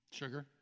sugar